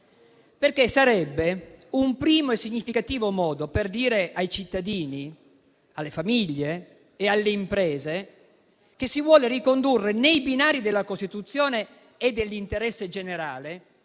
perché sarebbe un primo e significativo modo per dire ai cittadini, alle famiglie e alle imprese che si vuole ricondurre nei binari della Costituzione e dell'interesse generale